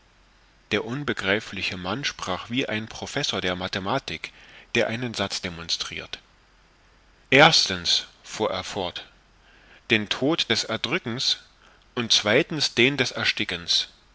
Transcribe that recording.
der unbegreifliche mann sprach wie ein professor der mathematik der einen satz demonstrirt erstens fuhr er fort den tod des erdrückens und zweitens den des erstickens